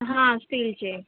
हां स्टीलचे